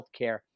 healthcare